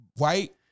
White